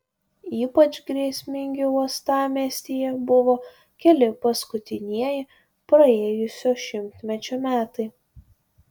ypač grėsmingi uostamiestyje buvo keli paskutinieji praėjusio šimtmečio metai